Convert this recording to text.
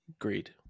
Agreed